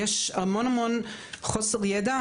יש המון המון חוסר ידע,